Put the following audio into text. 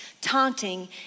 taunting